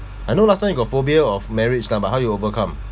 I know last time you got phobia of marriage lah but how you overcome